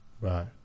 Right